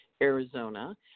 Arizona